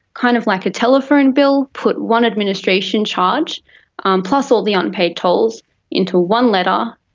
kind of like a telephone bill, put one administration charge um plus all the unpaid tolls into one letter,